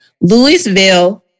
Louisville